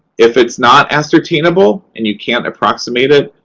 if it's not ascertainable and you can't approximate it,